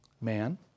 man